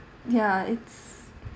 ya it's